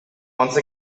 once